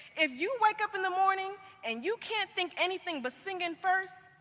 if you wake up in the morning and you can think anything but singing first,